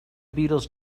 beatles